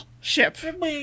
ship